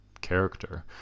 character